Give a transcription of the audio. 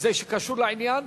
זה קשור לעניין?